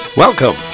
Welcome